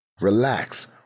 relax